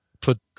put